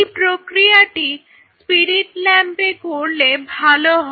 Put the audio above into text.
এই প্রক্রিয়াটি স্পিরিট ল্যাম্পে করলে ভালো হয়